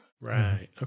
Right